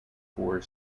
four